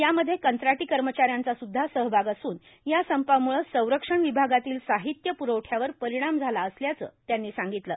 यामध्ये कंत्राटी कर्मचाऱ्यांचा सुद्धा सहभाग असून या संपामूळं संरक्षण विभागातील साहित्य पुरवठ्यावर परिणाम झाला असल्याचं त्यांनी सांगितलं